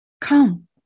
Come